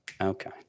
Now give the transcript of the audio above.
Okay